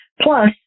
Plus